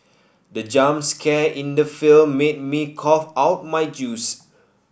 the jump scare in the film made me cough out my juice